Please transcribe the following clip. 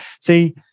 see